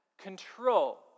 control